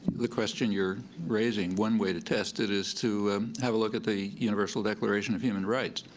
the question you're raising, one way to test it is to have a look at the universal declaration of human rights.